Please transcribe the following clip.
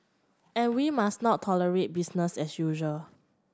and we must not tolerate business as usual